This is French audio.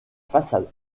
façade